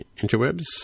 interwebs